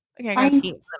Okay